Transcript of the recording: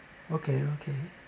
okay okay